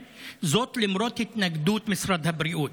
וזאת למרות התנגדות משרד הבריאות.